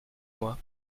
moi